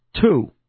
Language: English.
Two